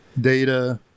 data